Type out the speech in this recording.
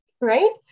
right